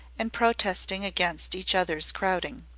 and protesting against each other's crowding.